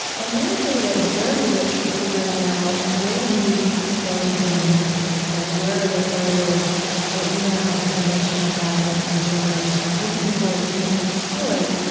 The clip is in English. and that data is very rich for figuring out, where do we go into new markets? like, where are there areas that we now have information about what consumers are looking for that we can exploit,